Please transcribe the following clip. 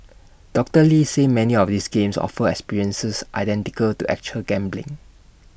doctor lee said many of these games offer experiences identical to actual gambling